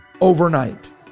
overnight